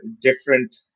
different